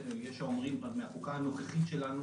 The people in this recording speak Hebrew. ויש מי שאומרים שהם חלק מן החוקה הנוכחית שלנו